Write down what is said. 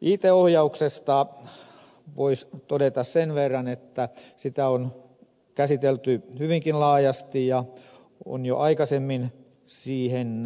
it ohjauksesta voisi todeta sen verran että sitä on käsitelty hyvinkin laajasti ja on jo aikaisemmin siihen